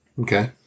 Okay